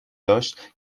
داشت